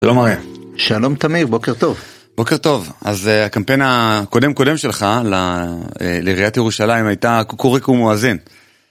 שלום אריה. שלום תמיר, בוקר טוב. בוקר טוב. אז הקמפיין הקודם קודם שלך לעיריית ירושלים הייתה קוקוריקו מואזין.